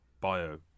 bio